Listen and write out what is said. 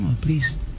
please